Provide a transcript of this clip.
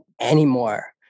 anymore